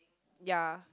yea